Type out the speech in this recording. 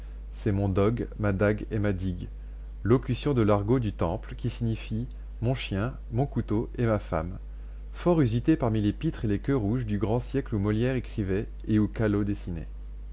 c'est mon dogue ma dague et ma digue locution de l'argot du temple qui signifie mon chien mon couteau et ma femme fort usité parmi les pitres et les queues rouges du grand siècle où molière écrivait et où callot dessinait